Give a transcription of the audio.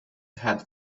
had